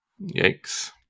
Yikes